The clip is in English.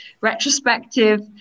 retrospective